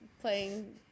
playing